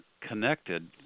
connected